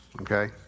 okay